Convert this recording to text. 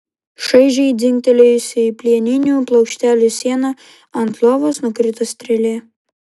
šaižiai dzingtelėjusi į plieninių plokštelių sieną ant lovos nukrito strėlė